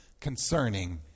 concerning